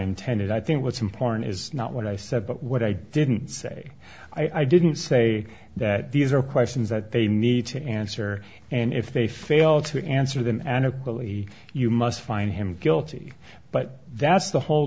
intended i think what's important is not what i said but what i didn't say i didn't say that these are questions that they need to answer and if they fail to answer them adequately you must find him guilty but that's the whole